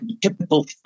typical